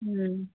ꯎꯝ